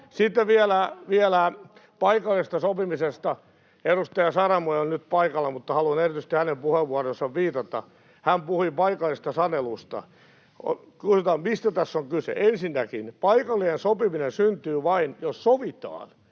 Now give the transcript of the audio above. Sitten vielä paikallisesta sopimisesta. Edustaja Saramo ei ole nyt paikalla, mutta haluan erityisesti hänen puheenvuoroonsa viitata. Hän puhui paikallisesta sanelusta. Mistä tässä on kyse? Ensinnäkin: Paikallinen sopiminen syntyy vain, jos sovitaan.